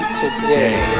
today